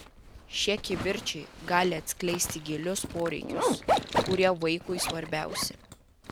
šie kivirčai gali atskleisti gilius poreikius kurie vaikui svarbiausi